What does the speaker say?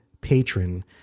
patron